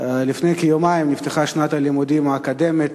לפני כיומיים נפתחה שנת הלימודים האקדמית.